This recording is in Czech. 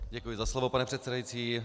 Děkuji za slovo, pane předsedající.